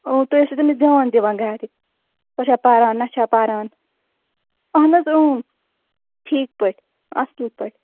تُہۍ ٲسِو تٔمِس دِیان دِوان گرِ سۄ چھا پَران نہَ چھا پَران اَہَن حظ ٹھیٖک پٲٹھۍ اَصٕل پٲٹھۍ